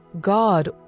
God